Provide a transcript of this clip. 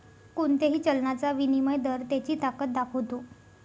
कोणत्याही चलनाचा विनिमय दर त्याची ताकद दाखवतो